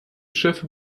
schiffe